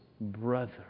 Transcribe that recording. brother